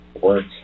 work